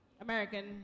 American